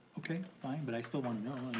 okay, fine, but i still wanna know.